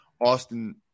Austin